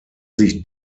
sich